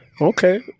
Okay